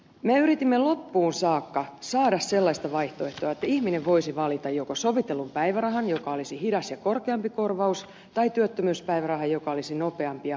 me yritimme loppuun saakka saada sellaista vaihtoehtoa että ihminen voisi valita joko sovitellun päivärahan joka olisi hidas ja korkeampi korvaus tai työttömyyspäivärahan joka olisi nopeampi ja huonompi korvaus